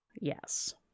Yes